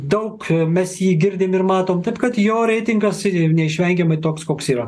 daug mes jį girdim ir matom taip kad jo reitingas yra neišvengiamai toks koks yra